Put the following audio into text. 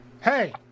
Hey